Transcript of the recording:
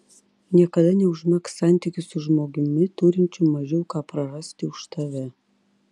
niekada neužmegzk santykių su žmogumi turinčiu mažiau ką prarasti už tave